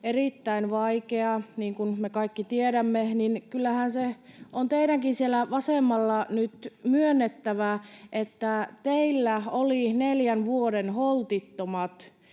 erittäin vaikea, niin kuin me kaikki tiedämme, niin kyllähän se on teidänkin siellä vasemmalla nyt myönnettävä, että teillä oli neljän vuoden holtittomat